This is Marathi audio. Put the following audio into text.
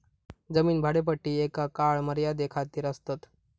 जमीन भाडेपट्टी एका काळ मर्यादे खातीर आसतात